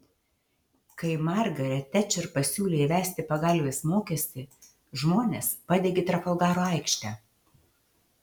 kai margaret tečer pasiūlė įvesti pagalvės mokestį žmonės padegė trafalgaro aikštę